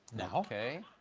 yeah okay.